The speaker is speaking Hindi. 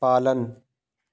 पालन